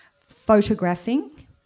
photographing